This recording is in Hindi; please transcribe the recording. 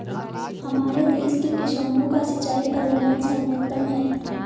हमारे देश के किसानों का सिंचाई प्रबंधन सर्वोत्तम है